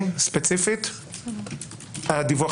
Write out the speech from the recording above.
של תקבולים וגם על חילוט אזרחי של תקבולים בשווי.